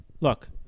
look